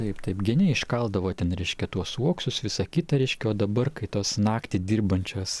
taip taip geniai iškaldavo ten reiškia tuos uoksus visa kita reiškia o dabar kai tos naktį dirbančios